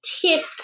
tip